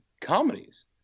comedies